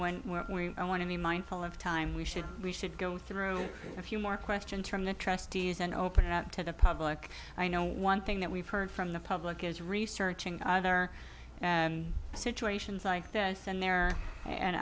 maybe when i want to be mindful of time we should we should go through a few more question term the trustees and open it up to the public i know one thing that we've heard from the public is researching other situations like this and there and